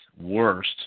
worst